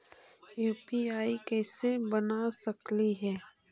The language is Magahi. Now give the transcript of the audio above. यु.पी.आई कैसे बना सकली हे?